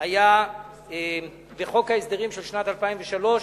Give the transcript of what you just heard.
היה בחוק ההסדרים של שנת 2003,